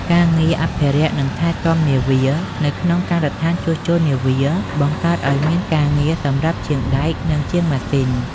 ការងារអភិរក្ស និងថែទាំនាវា នៅក្នុងការដ្ឋានជួសជុលនាវា បង្កើតឱ្យមានការងារសម្រាប់ជាងដែក និងជាងម៉ាស៊ីន។